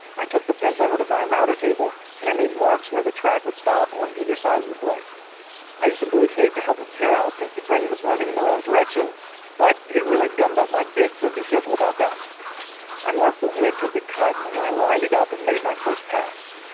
i took the fence over to my router table and i made marks where the track would stop on either side of the blade i use a blue tape to help with tear out since the grain was running in the wrong direction but it really gummed up my bit. so be careful about that i marked the width of the cut and then i lined it up and made my first pass.